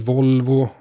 Volvo